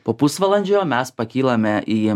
po pusvalandžio mes pakylame į